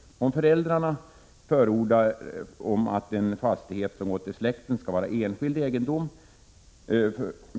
Ett par föräldrar kan förorda om att en fastighet som gått i arv i släkten skall vara enskild egendom. Det